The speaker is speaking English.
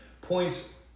points